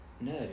No